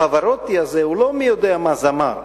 פברוטי הזה הוא לא מי-יודע-מה זמר.